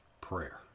prayer